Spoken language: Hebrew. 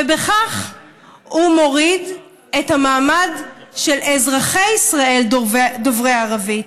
ובכך הוא מוריד את המעמד של אזרחי ישראל דוברי ערבית.